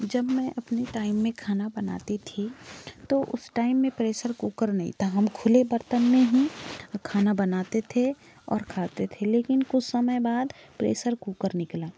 जब मैं अपने टाइम में खाना बनाती थी तो उस टाइम में प्रेसर कुकर नहीं था हम खुले बर्तन में ही खाना बनाते थे और खाते थे लेकिन कुछ समय बाद प्रेशर कुकर निकला